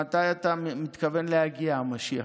זאת אומרת, מתי אתה מתכוון להגיע, המשיח?